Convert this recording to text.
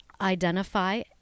identify